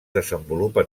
desenvolupa